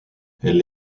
elle